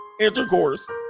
intercourse